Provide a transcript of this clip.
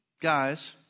guys